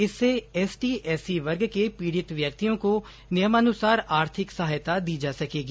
इससे एसटीएससी वर्ग के पीड़ित व्यक्तियों को नियमानुसार आर्थिक सहायता दी जा सकेगी